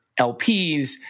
LPs